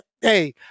hey